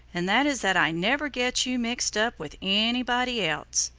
and that is that i never get you mixed up with anybody else.